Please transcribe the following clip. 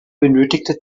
benötigte